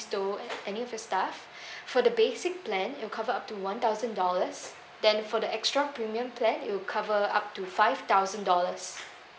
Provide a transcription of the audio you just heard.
stole any of your stuff for the basic plan it will cover up to one thousand dollars then for the extra premium plan it will cover up to five thousand dollars